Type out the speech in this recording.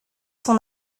son